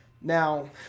Now